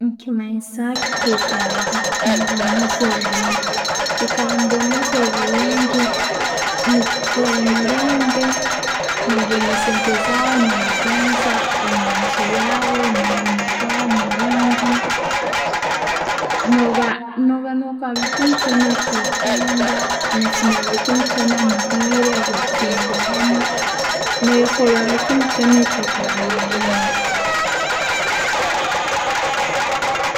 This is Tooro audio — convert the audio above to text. Nekimanyisa ki kwikara omubwomwezi oburungi. Okwikara omubwomeezi oburungi nechikuha emirembe, no ba oyina sente zaawe, no wegonza, oyine enju yaawe no'mulimu gwawe 0murungi, no ba, no ba no kora buli kimu kyoona kyokwenda, no funa bulikiimu kyona mubwiire. Noyekora bulikimu kyoona kyokuhura no' yenda.